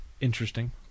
interesting